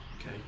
okay